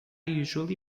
usually